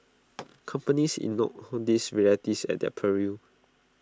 companies ignore whom these realities at their peril